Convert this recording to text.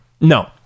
No